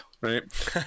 right